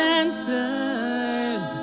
answers